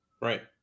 Right